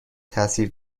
تاثیر